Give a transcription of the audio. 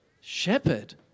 shepherd